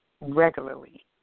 regularly